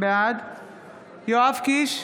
בעד יואב קיש,